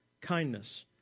kindness